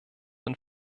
den